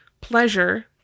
pleasure